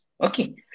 Okay